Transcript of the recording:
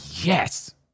yes